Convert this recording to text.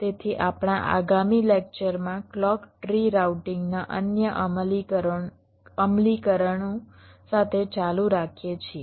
તેથી આપણા આગામી લેક્ચરમાં ક્લૉક ટ્રી રાઉટિંગના અન્ય અમલીકરણો સાથે ચાલુ રાખીએ છીએ